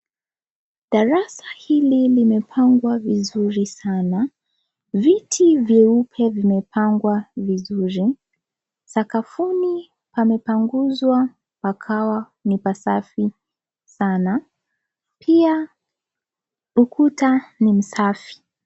Darasa hili limepangwa vizuri sana. Viti vyeupe vimepangwa vizuri. Sakafuni pamepanguzwa pakawa ni pasafi sana. Pia ukuta ni msafi.